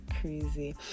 crazy